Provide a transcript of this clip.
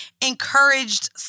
encouraged